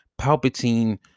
palpatine